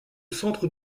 centre